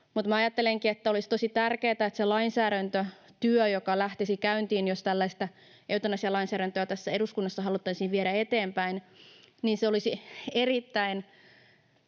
ajattelenkin, että olisi tosi tärkeätä, että se lainsäädäntötyö, joka lähtisi käyntiin, jos tällaista eutanasialainsäädäntöä tässä eduskunnassa haluttaisiin viedä eteenpäin, olisi erittäin